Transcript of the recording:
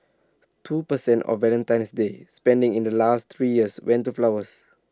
two per cent of Valentine's day spending in the last three years went to flowers